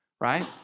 right